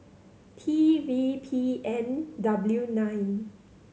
T V P N W nine